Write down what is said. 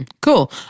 Cool